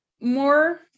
more